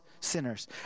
sinners